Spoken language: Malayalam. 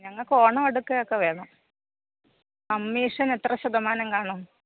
ഞങ്ങൾക്ക് ഓണം അടുക്കയൊക്കെ വേണം കമ്മീഷനെത്ര ശതമാനം കാണും